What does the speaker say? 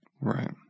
Right